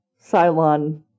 Cylon